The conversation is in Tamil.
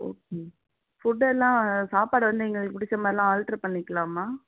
ஓகே ஃபுட் எல்லாம் சாப்பாடு வந்து எங்களுக்கு பிடித்தமாரிலாம் ஆல்டர் பண்ணிகலாமா